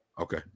Okay